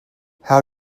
how